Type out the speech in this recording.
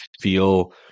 feel